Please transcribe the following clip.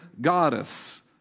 goddess